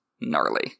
Gnarly